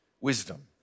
wisdom